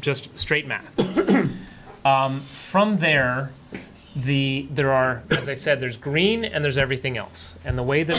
just straight math from there the there are as i said there's green and there's everything else and the way this